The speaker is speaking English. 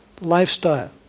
lifestyle